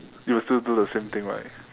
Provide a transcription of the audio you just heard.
you will still do the same thing right